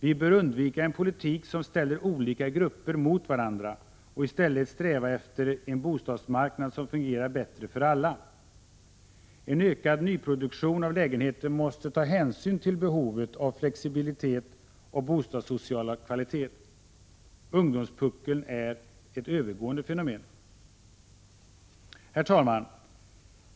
Vi bör undvika en politik som ställer olika grupper mot varandra och i stället sträva efter en bostadsmarknad som fungerar bättre för alla. En ökad nyproduktion av lägenheter måste ta hänsyn till behovet av flexibilitet och bostadssocial kvalitet. Ungdomspuckeln är ett övergående fenomen. Herr talman!